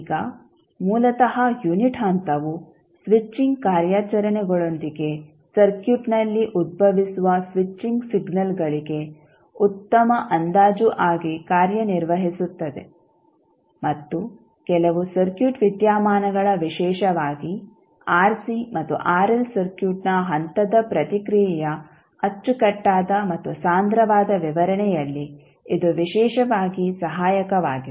ಈಗ ಮೂಲತಃ ಯುನಿಟ್ ಹಂತವು ಸ್ವಿಚಿಂಗ್ ಕಾರ್ಯಾಚರಣೆಗಳೊಂದಿಗೆ ಸರ್ಕ್ಯೂಟ್ ನಲ್ಲಿ ಉದ್ಭವಿಸುವ ಸ್ವಿಚಿಂಗ್ ಸಿಗ್ನಲ್ಗಳಿಗೆ ಉತ್ತಮ ಅಂದಾಜು ಆಗಿ ಕಾರ್ಯನಿರ್ವಹಿಸುತ್ತದೆ ಮತ್ತು ಕೆಲವು ಸರ್ಕ್ಯೂಟ್ ವಿದ್ಯಮಾನಗಳ ವಿಶೇಷವಾಗಿ ಆರ್ಸಿ ಮತ್ತು ಆರ್ಎಲ್ ಸರ್ಕ್ಯೂಟ್ನ ಹಂತದ ಪ್ರತಿಕ್ರಿಯೆಯ ಅಚ್ಚುಕಟ್ಟಾದ ಮತ್ತು ಸಾಂದ್ರವಾದ ವಿವರಣೆಯಲ್ಲಿ ಇದು ವಿಶೇಷವಾಗಿ ಸಹಾಯಕವಾಗಿದೆ